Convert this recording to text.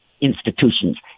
institutions